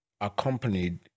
accompanied